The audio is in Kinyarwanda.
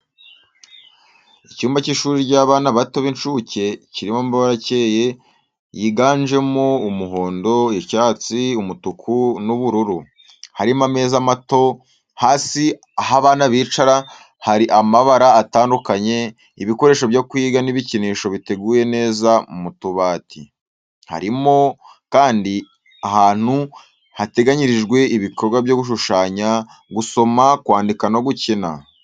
Icyumba cy’ishuri ry’abana bato b'incuke kirimo amabara akeye yiganjemo umuhondo, icyatsi, umutuku, n’ubururu. Harimo ameza mato, hasi aho abana bicara hari amabara atandukanye, ibikoresho byo kwiga n’ibikinisho biteguye neza mu tubati. Harimo kandi ahantu hateganyirijwe ibikorwa byo gushushanya, gusoma, kwandika no gukina.